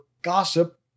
Gossip